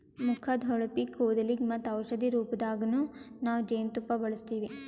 ಮುಖದ್ದ್ ಹೊಳಪಿಗ್, ಕೂದಲಿಗ್ ಮತ್ತ್ ಔಷಧಿ ರೂಪದಾಗನ್ನು ನಾವ್ ಜೇನ್ತುಪ್ಪ ಬಳಸ್ತೀವಿ